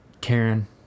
Karen